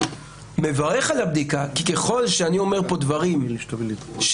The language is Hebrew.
מברך על הבדיקה כי ככל שאני אומר פה דברים שיתבררו